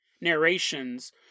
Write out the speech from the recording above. narrations